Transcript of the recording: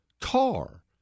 car